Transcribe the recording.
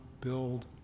build